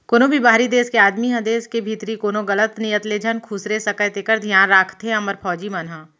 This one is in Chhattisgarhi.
कोनों भी बाहिरी देस के आदमी ह देस के भीतरी कोनो गलत नियत ले झन खुसरे सकय तेकर धियान राखथे हमर फौजी मन ह